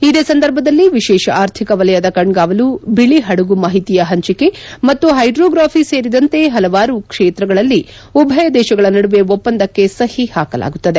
ಇದೇ ಸಂದರ್ಭದಲ್ಲಿ ವಿಶೇಷ ಆರ್ಥಿಕ ವಲಯದ ಕಣ್ಗಾವಲು ಬಿಳಿ ಪಡಗು ಮಾಹಿತಿಯ ಪಂಚಿಕೆ ಮತ್ತು ಹೈಡ್ರೋಗ್ರಾಫಿ ಸೇರಿದಂತೆ ಪಲವಾರು ಕ್ಷೇತ್ರಗಳಲ್ಲಿ ಉಭಯ ದೇಶಗಳ ನಡುವೆ ಒಪ್ಪಂದಕ್ಕೆ ಸಹಿ ಹಾಕಲಾಗುತ್ತದೆ